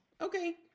Okay